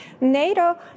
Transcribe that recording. NATO